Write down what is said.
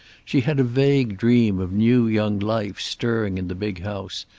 she had a vague dream of new young life stirring in the big house,